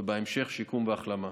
ובהמשך, שיקום והחלמה.